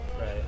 Right